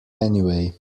anyway